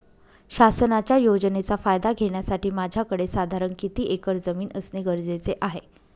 शासनाच्या योजनेचा फायदा घेण्यासाठी माझ्याकडे साधारण किती एकर जमीन असणे गरजेचे आहे?